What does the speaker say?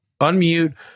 Unmute